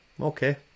Okay